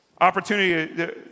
Opportunity